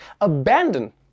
abandon